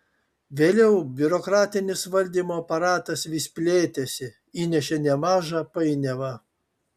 vėliau biurokratinis valdymo aparatas vis plėtėsi įnešė nemažą painiavą